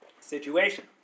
situation